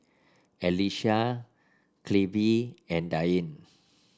Allyssa Clevie and Deane